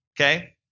Okay